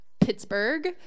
Pittsburgh